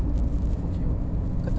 ku kira